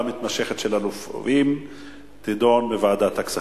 המתמשכת של הרופאים תידון בוועדת הכספים.